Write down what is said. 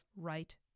right